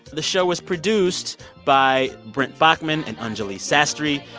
the show was produced by brent baughman and anjuli sastry.